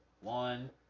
One